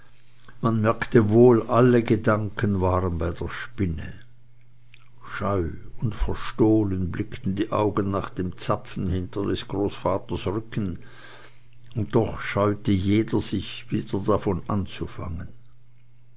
man merkte wohl alle gedanken waren bei der spinne scheu und verstohlen blickten die augen nach dem zapfen hinter des großvaters rücken und doch scheute jeder sich wieder davon anzufangen